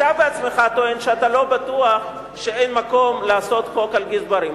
אתה עצמך טוען שאתה לא בטוח שאין מקום לעשות חוק על גזברים,